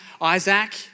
Isaac